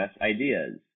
ideas